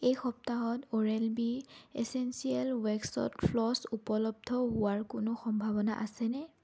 এই সপ্তাহত oral B essential waxed floss উপলব্ধ হোৱাৰ কোনো সম্ভাৱনা আছেনে